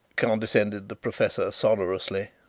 condescended the professor sonorously.